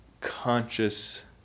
conscious